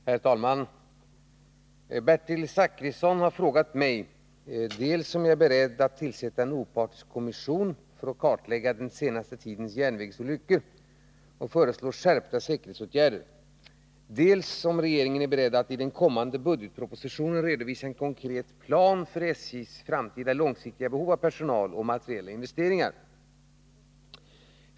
Herr talman! Bertil Zachrisson har frågat mig dels om jag är beredd att tillsätta en opartisk kommission för att kartlägga den senaste tidens järnvägsolyckor och föreslå skärpta säkerhetsåtgärder, dels om regeringen är beredd att i den kommande budgetpropositionen redovisa en konkret plan för SJ:s framtida långsiktiga behov av personal och materiella investeringar.